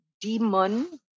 demon